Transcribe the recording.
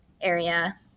area